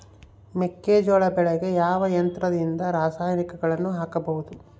ಮೆಕ್ಕೆಜೋಳ ಬೆಳೆಗೆ ಯಾವ ಯಂತ್ರದಿಂದ ರಾಸಾಯನಿಕಗಳನ್ನು ಹಾಕಬಹುದು?